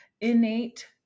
innate